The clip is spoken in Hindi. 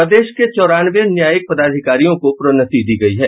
प्रदेश के चौरानवे न्यायिक पदाधिकारियों को प्रोन्नति दी गयी है